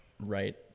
right